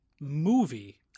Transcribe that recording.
movie